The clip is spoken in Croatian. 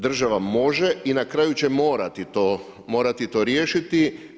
Država može i na kraju će morati to riješiti.